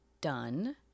done